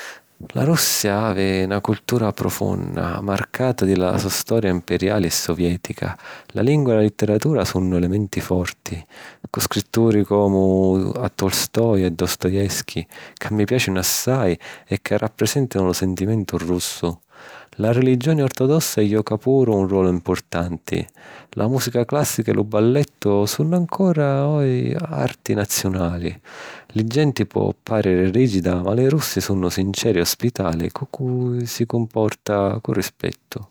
La Russia havi na cultura profunna, marcata di la so storia imperiali e soviètica. La lingua e la litteratura sunnu elementi forti, cu scritturi comu a Tolstoj e Dostoevskij ca mi piàcinu assai e ca rapprisèntanu lu sintimentu russu. La religioni ortodossa joca puru un rolu impurtanti. La mùsica clàssica e lu ballettu sunnu ancora oji arti naziunali. La genti po pàriri rìgida ma li russi sunnu sinceri e ospitali cu cui si comporta cu rispettu.